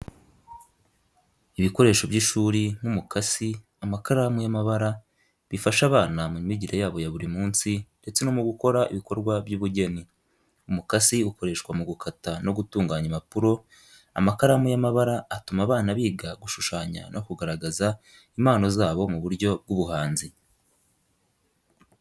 Ibikoresho by’ishuri nk’umukasi, amakaramu y’amabara bifasha abana mu myigire yabo ya buri munsi ndetse no mu gukora ibikorwa by’ubugeni. Umukasi ukoreshwa mu gukata no gutunganya impapuro, amakaramu y’amabara atuma abana biga gushushanya no kugaragaza impano zabo mu buryo bw’ubuhanzi.